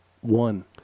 one